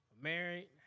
married